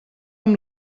amb